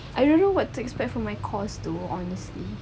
I don't know what to expect from my course though honesly